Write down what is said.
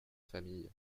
famille